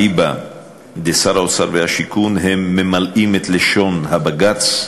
ואליבא דשר האוצר ושר השיכון הם ממלאים את לשון הבג"ץ.